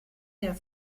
der